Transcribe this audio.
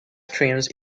streams